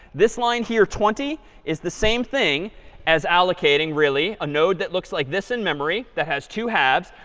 this line here twenty is the same thing as allocating really a node that looks like this in memory that has two halves.